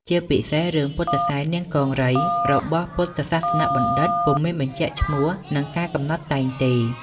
ជាពិសេសរឿងពុទ្ធិសែននាងកង្រីរបស់ពុទ្ធសាសនបណ្ឌិតពុំមានបញ្ជាក់ឈ្មោះ និងកាលកំណត់តែងទេ។